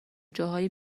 جاهای